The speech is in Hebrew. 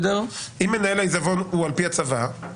ואם מנהל העיזבון הוא על-פי הצוואה?